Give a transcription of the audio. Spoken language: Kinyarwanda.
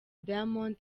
diamond